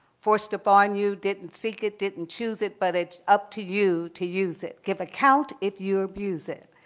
forced upon you, didn't seek it, didn't choose it, but it's up to you to use it. give account if you abuse it.